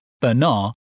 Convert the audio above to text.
Bernard